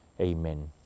Amen